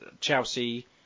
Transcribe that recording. Chelsea